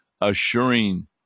assuring